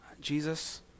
jesus